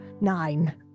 nine